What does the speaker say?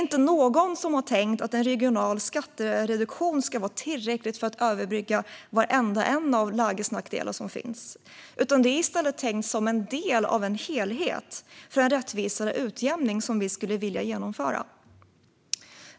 Ingen har tänkt att en regional skattereduktion ska vara tillräcklig för att överbrygga varenda lägesnackdel som finns. Den är i stället tänkt som en del i en helhet för en rättvisare utjämning som vi skulle vilja genomföra.